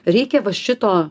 reikia va šito